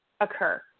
occur